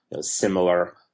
similar